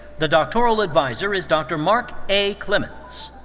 the doctoral adviser is dr. mark a. clemmons.